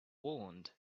warned